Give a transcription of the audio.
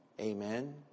Amen